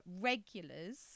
regulars